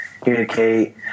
communicate